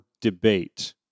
debate